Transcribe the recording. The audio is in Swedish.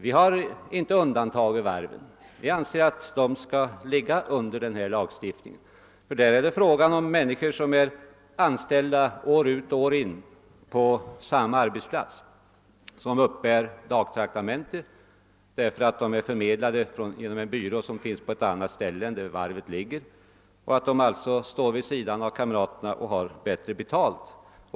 Vi har inte undantagit varven därför att vi anser att de skall ligga under denna lagstiftning. Där är det fråga om människor som är anställda år ut och år in på samma arbetsplats. De uppbär dagtraktamenten därför att de är förmedlade genom en byrå som finns på ett annat ställe än där varvet ligger. De står alltså vid sidan av kamraterna och har bättre betalt.